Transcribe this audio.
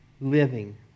living